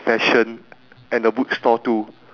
what is all the shops in general